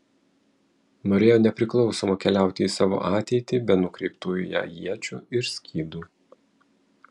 norėjo nepriklausoma keliauti į savo ateitį be nukreiptų į ją iečių ir skydų